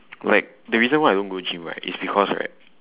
like the reason why I don't go gym right is because right